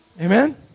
Amen